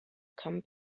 come